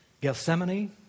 Gethsemane